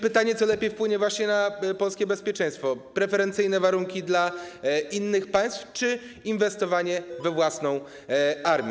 Pytanie: Co lepiej wpłynie na polskie bezpieczeństwo - preferencyjne warunki dla innych państw czy inwestowanie we własną armię?